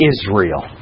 Israel